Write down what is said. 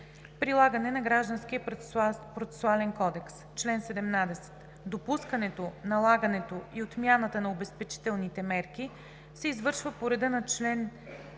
„Прилагане на Гражданския процесуален кодекс Чл. 17. Допускането, налагането и отмяната на обезпечителните мерки се извършва по реда на чл.